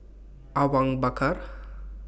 Awang Bakar